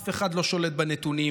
אף אחד לא שולט בנתונים,